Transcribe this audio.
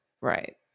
Right